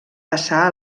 passar